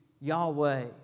Yahweh